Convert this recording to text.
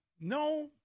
no